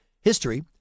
history